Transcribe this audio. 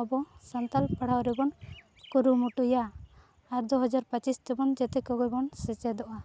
ᱟᱵᱚ ᱥᱟᱱᱛᱟᱞ ᱯᱟᱲᱦᱟᱣ ᱨᱮᱵᱚᱱ ᱠᱩᱨᱩᱢᱩᱴᱩᱭᱟ ᱟᱨ ᱫᱩ ᱦᱟᱡᱟᱨ ᱯᱚᱸᱪᱤᱥ ᱛᱮᱵᱚᱱ ᱡᱮᱛᱮ ᱠᱚᱜᱮᱵᱚᱱ ᱥᱮᱪᱮᱫᱚᱜᱼᱟ